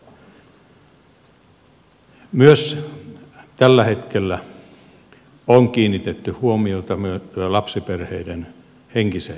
myös tällä hetkellä on kiinnitetty huomiota lapsiperheiden henkiseen jaksamiseen